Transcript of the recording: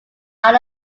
out